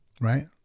right